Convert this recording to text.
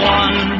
one